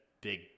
big –